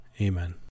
Amen